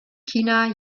china